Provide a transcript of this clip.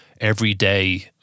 everyday